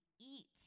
eats